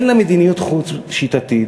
אין לה מדיניות חוץ שיטתית.